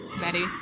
Betty